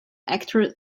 actor